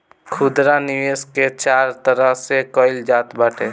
खुदरा निवेश के चार तरह से कईल जात बाटे